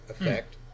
effect